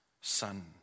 son